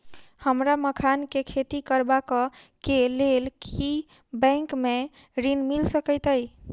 हमरा मखान केँ खेती करबाक केँ लेल की बैंक मै ऋण मिल सकैत अई?